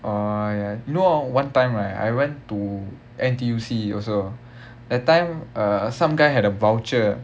orh ya you know one time right I went to N_T_U_C also that time uh some guy had a voucher